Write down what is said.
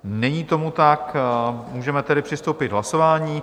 Není tomu tak, můžeme tedy přistoupit k hlasování.